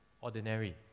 ordinary